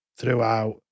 throughout